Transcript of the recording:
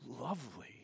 lovely